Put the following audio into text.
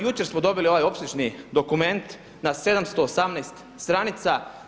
Jučer smo dobili ovaj opsežni dokument na 718 stranica.